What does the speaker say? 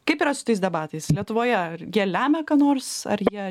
kaip yra su tais debatais lietuvoje ar jie lemia ką nors ar jie